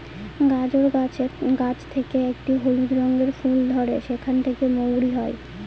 গাজর গাছ থেকে একটি হলুদ রঙের ফুল ধরে সেখান থেকে মৌরি হয়